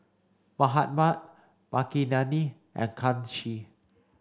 Mahatma Makineni and Kanshi